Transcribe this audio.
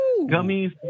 gummies